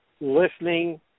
listening